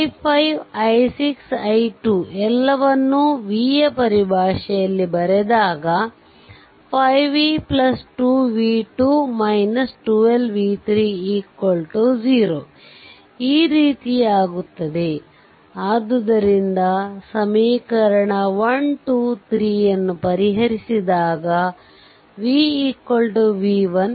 i5 i6 i 2 ಎಲ್ಲವನ್ನೂ v ಯ ಪರಿಭಾಷೆಯಲ್ಲಿ ಬರೆದಾಗ 5 v 2 v2 12 v3 0 ಈ ರೀತಿಯಾಗುತ್ತದೆ ಆದ್ದರಿಂದ ಸಮೀಕರಣ 123 ಯನ್ನು ಪರಿಹರಿಸಿದಾಗ v v1 4